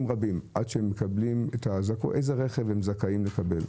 רבים עד שיודעים איזה רכב הם זכאים לקבל.